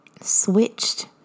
switched